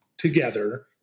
together